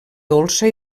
dolça